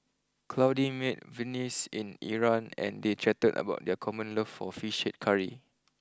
Claudie met Venice in Iran and they chatted about their common love for Fish Head Curry